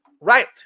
Right